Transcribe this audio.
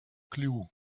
clue